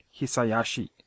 Hisayashi